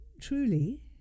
truly